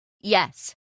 Yes